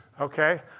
okay